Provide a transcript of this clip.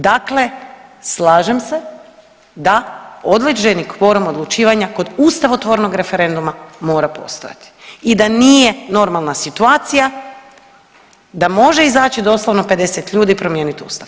Dakle, slažem se da određeni kvorum odlučivanja kod ustavotvornog referenduma mora postojati i da nije normalna situacija da može izaći doslovno 50 ljudi i promijeniti Ustav.